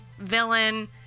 Villain